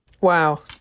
Wow